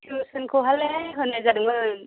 टिउसनखौहायलाय होनाय जादोंमोन